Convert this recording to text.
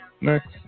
Next